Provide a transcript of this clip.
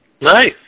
Nice